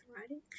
writing